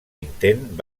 intent